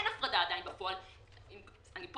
למה